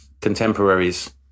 contemporaries